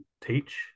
teach